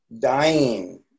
dying